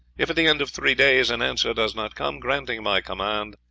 if, at the end of three days, an answer does not come granting my command,